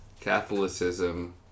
Catholicism